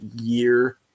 year